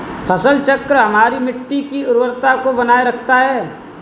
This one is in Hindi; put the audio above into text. फसल चक्र हमारी मिट्टी की उर्वरता को बनाए रखता है